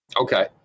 Okay